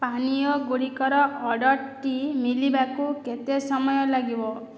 ପାନୀୟ ଗୁଡ଼ିକର ଅର୍ଡ଼ରଟି ମିଳିବାକୁ କେତେ ସମୟ ଲାଗିବ